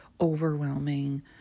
overwhelming